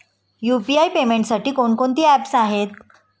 UPI पेमेंटसाठी कोणकोणती apps आहेत?